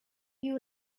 bil